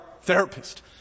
therapist